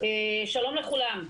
שלום לכולם.